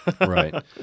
right